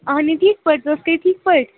اَہَنہِ ٹھیٖک پٲٹھۍ ژٕ ٲسکھٕے ٹھیٖک پٲٹھۍ